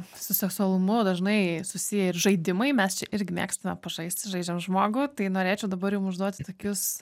su seksualumu dažnai susiję ir žaidimai mes čia irgi mėgstame pažaisti žaidžiam žmogų tai norėčiau dabar jum užduoti tokius